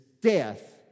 death